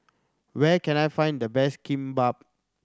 where can I find the best Kimbap